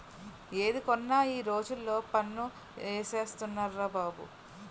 ఏది కొన్నా ఈ రోజుల్లో పన్ను ఏసేస్తున్నార్రా బాబు